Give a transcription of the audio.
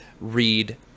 read